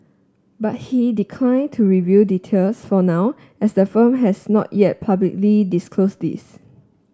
but he declined to reveal details for now as the firm has not yet publicly disclosed these